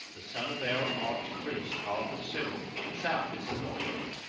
the son of our archpriest, father cyril, himself is a lawyer.